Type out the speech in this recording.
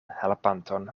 helpanton